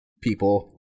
people